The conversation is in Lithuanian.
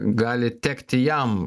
gali tekti jam